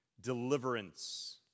deliverance